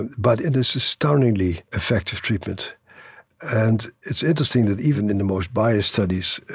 but it is astoundingly effective treatment and it's interesting that, even in the most biased studies,